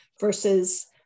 versus